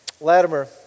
Latimer